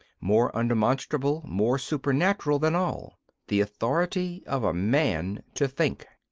more undemonstrable, more supernatural than all the authority of a man to think.